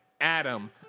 Adam